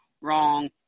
wrong